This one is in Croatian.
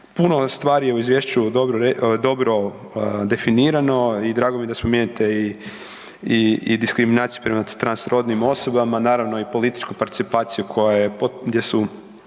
Puno stvari u izvješću je dobro definirano i drago mi je da spominjete i diskriminaciju prema transrodnim osobama, naravno i političku participaciju gdje su